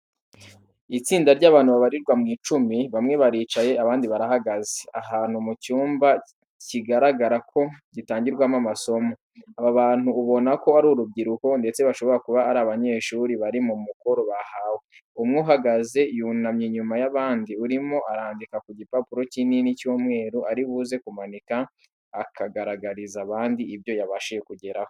Itsinda ry'abantu babarirwa mu icumi, bamwe baricaye abandi baragahaze, ahantu mu cyumba kigaragara ko gitangirwamo amasomo. Aba bantu ubona ko ari urubyiruko, ndetse bashobora kuba ari abanyeshuri, bari mu mukoro bahawe. Umwe uhagaze yunamye inyuma y'abandi arimo arandika ku gipapuro kinini cy'umweru, ari buze kumanika akagaragariza abandi ibyo yabashije kugeraho.